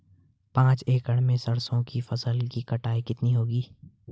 पांच एकड़ में सरसों की फसल की कटाई कितनी होगी?